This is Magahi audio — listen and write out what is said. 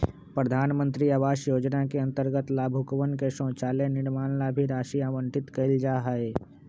प्रधान मंत्री आवास योजना के अंतर्गत लाभुकवन के शौचालय निर्माण ला भी राशि आवंटित कइल जाहई